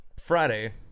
Friday